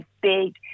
big